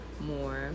more